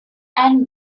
and